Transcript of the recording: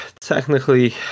technically